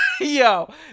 Yo